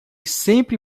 sempre